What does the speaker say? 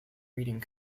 reading